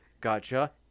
Gotcha